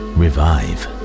revive